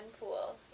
pool